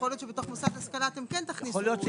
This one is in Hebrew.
שיכול להיות שבתוך מוסד להשכלה אתם כן תכניסו --- יכול להיות,